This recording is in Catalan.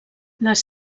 les